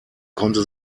konnte